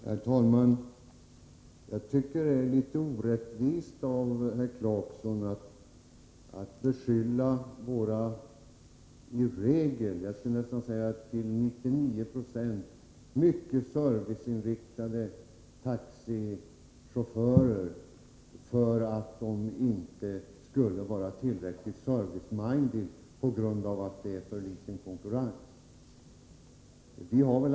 Herr talman! Jag tycker det är litet orättvist av Rolf Clarkson att beskylla våra i regel — till 99 96, skulle jag vilja säga — mycket serviceinriktade taxichaufförer för att inte vara tillräckligt serviceminded på grund av för liten konkurrens.